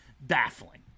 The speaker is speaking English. baffling